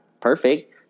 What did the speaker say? perfect